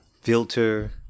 Filter